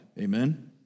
Amen